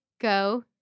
go